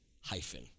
Hyphen